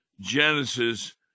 Genesis